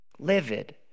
livid